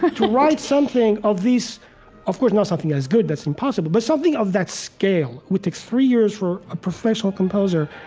but to write something of this of course, not something as good, that's impossible. but something of that scale would take three years for a professional composer.